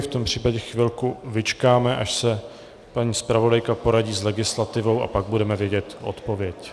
V tom případě chvilku vyčkáme, až se paní zpravodajka poradí s legislativou, a pak budeme vědět odpověď.